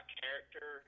character